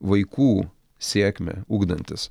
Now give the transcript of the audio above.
vaikų sėkmę ugdantis